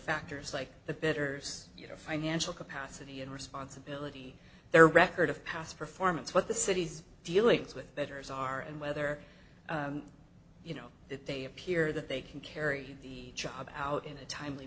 factors like the betters you know financial capacity and responsibility their record of past performance what the city's dealings with betters are and whether you know that they appear that they can carry the job out in a timely